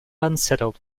unsettled